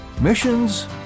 Missions